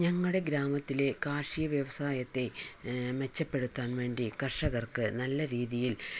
ഞങ്ങളുടെ ഗ്രാമത്തിലെ കാർഷിക വ്യവസായത്തെ മെച്ചപ്പെടുത്താൻ വേണ്ടി കർഷകർക്ക് നല്ല രീതിയിൽ